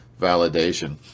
validation